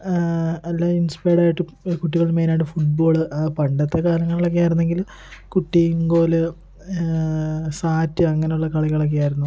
എല്ലാ ഇൻസ്പെയേഡ് ആയിട്ട് കുട്ടികൾ മെയ്നായിട്ട് ഫുട്ബോള് പണ്ടത്തെ കാലങ്ങളിലൊക്കെയായിരുന്നെങ്കില് കുട്ടീം കോല് സാറ്റ് അങ്ങനെയുള്ള കളികളൊക്കെ ആയിരുന്നു